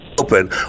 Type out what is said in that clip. open